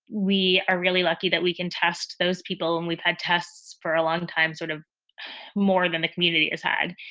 we are really lucky that we can test those people. and we've had tests for a long time, sort of more than the community has had.